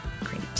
Great